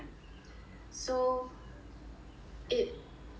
so it